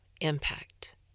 impact